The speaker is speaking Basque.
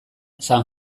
san